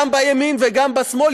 גם בימין וגם בשמאל,